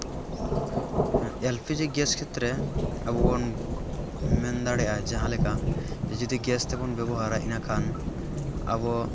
ᱮ ᱞ P G gas ᱠᱷᱮᱛᱛᱨᱮ ᱟᱵᱚ ᱵᱚᱱ ᱢᱮᱱ ᱫᱟᱲᱮᱭᱟᱜᱼᱟ ᱡᱟᱦᱟᱸ ᱞᱮᱠᱟ ᱡᱩᱫᱤ ᱜᱮᱥ ᱛᱮᱵᱚᱱ ᱵᱮᱵᱚᱦᱟᱨᱟ ᱤᱱᱟᱹ ᱠᱷᱟᱱ ᱟᱵᱚ